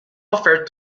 offered